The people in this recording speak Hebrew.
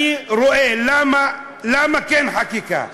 68 שנים אני רואה למה כן חקיקה.